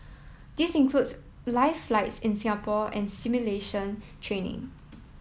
these includes live flights in Singapore and simulation training